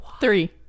Three